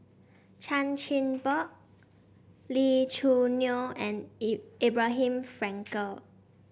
Chan Chin Bock Lee Choo Neo and Abraham Frankel